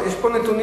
יש פה נתונים,